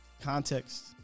context